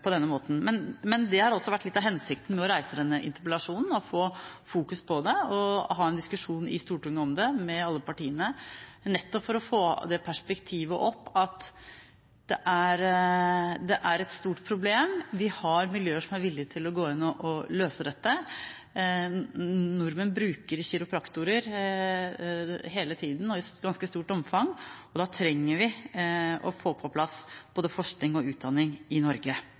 på denne måten. Men litt av hensikten med å reise denne interpellasjonen har også vært å få fokus på det og ha en diskusjon i Stortinget om dette med alle partiene, nettopp for å få det perspektivet opp at det er et stort problem. Vi har miljøer som er villige til å gå inn og løse dette. Nordmenn bruker kiropraktorer hele tida og i ganske stort omfang, og da trenger vi å få på plass både forskning og utdanning i Norge.